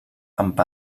amb